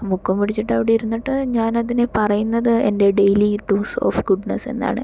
ആ ബുക്കും പിടിച്ചിട്ടവിടെ ഇരുന്നിട്ട് ഞാൻ അതിനെ പറയുന്നത് എൻ്റെ ഡെയിലി ടൂസ് ഓഫ് ഗുഡ്നെസ്സ് എന്നാണ്